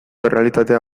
errealitatea